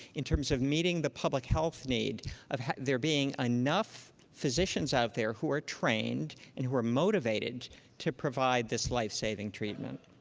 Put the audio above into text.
in terms of meeting the public health need of there being enough physicians out there who are trained and who are motivated to provide this lifesaving treatment.